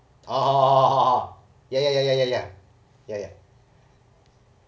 oh oh oh oh oh oh ya ya ya ya ya ya